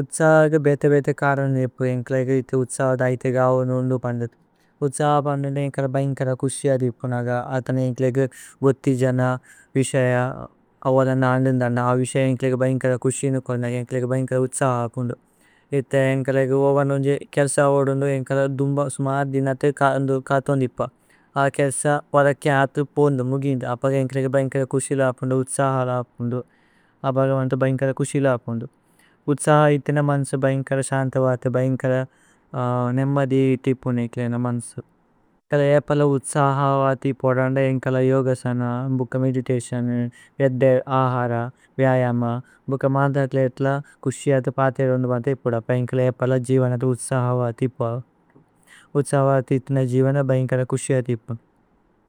ഉത്സഹ ബേത ബേത കരന് ദേപ്പു ഏന്കല ഏതേ ഉത്സഹ। ദൈതേ ഗവുനു ഉന്ദു പന്ദു ഉത്സഹ പന്ദുന്ദേ ഏന്കല। ബൈന്കല കുസ്യ ദേപ്പു നഗ അതനേ ഏന്കല ഏന്കല। ഗോതി ജന വിശയ അവല നന്ദു ദന്ദ അ। വിശയ ഏന്കല ബൈന്കല കുസിന കോരന ഏന്കല। ബൈന്കല ഉത്സഹ പുന്ദു ഏതേ ഏന്കല ഏന്കല ഓവ നോജേ। കേല്സ വല്ദു ന്ദു ഏന്കല ദുമ്ബ സുമര് ദിനതേ കഥോന്। ദേപ്പു അ കേല്സ വരക്കേ അതു പുന്ദു മുഗിന്ദു അപഗ। ഏന്കല ഏന്കല ബൈന്കല കുസില പുന്ദു ഉത്സഹ ല। പുന്ദു അപഗ വന്ത ബൈന്കല കുസില പുന്ദു ഉത്സഹ। ഏതേന മന്സു ബൈന്കല ശന്ത വത ഭൈന്കല നേമ്മദി। ഇതി പുന്ദു ഏതേന മന്സു ഏന്കല ഏപല ഉത്സഹ വതി। പോദു രന്ദ ഏന്കല യോഗസന ബുക മേദിതതിഓനു ബേദ്ദ। ആഹര വ്യയമ ഭുക മധ്ര ക്ലേതല കുസ്യ വത പതിരു। വന്ദു വന്ത ഇപുദ അപ ഏന്കല ഏപല ജിവനത ഉത്സഹ। വതി പോദു ഉത്സഹ വതി ഏതേന ജിവന ബൈന്കല കുസ്യ ദേപ്പു।